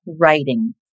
writing